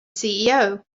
ceo